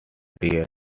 dear